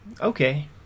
Okay